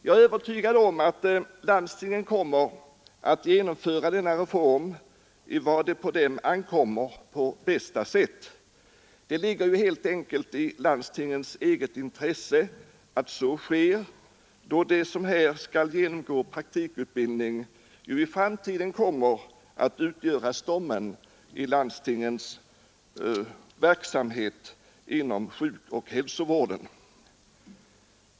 Jag är övertygad om att landstingen kommer att genomföra denna reform på bästa sätt och göra vad på dem ankommer. Det ligger helt enkelt i landstingens intresse att så sker, eftersom de som här skall genomgå praktikutbildning ju i framtiden kommer att utgöra stommen i landstingens verksamhet inom sjukoch hälsovården.